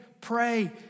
pray